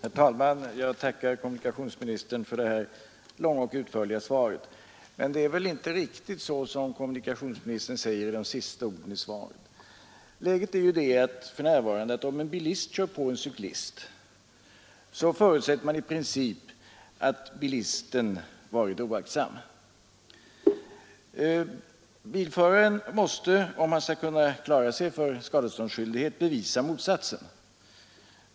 Herr talman! Jag tackar kommunikationsministern för det långa och utförliga svaret — men det är väl inte riktigt så som kommunikationsministern säger i de sista orden. Läget är för närvarande det, att om en bilist kör på en cyklist förutsätter man i princip att bilisten varit oaktsam. Bilföraren måste, om han skall kunna klara sig från skadeståndsskyldighet, bevisa motsatsen.